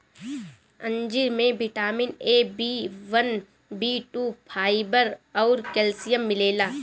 अंजीर में vitamin A, B one, B two, fibre अउरी कैल्शियम मिलेला